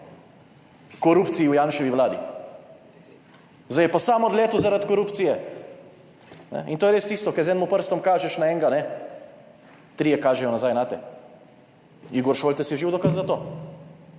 korupciji v Janševi vladi. Zdaj je pa sam odletel zaradi korupcije. In to je res tisto, kar z enim prstom kažeš na enega, trije kažejo nazaj nate. Igor Šoltes je živ dokaz za to.